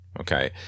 okay